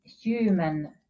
human